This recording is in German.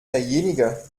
derjenige